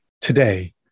Today